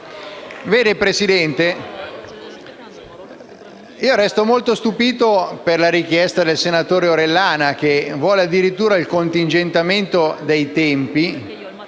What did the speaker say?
signor Presidente, resto molto stupito per la richiesta del senatore Orellana che vuole addirittura il contingentamento dei tempi,